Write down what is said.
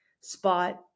spot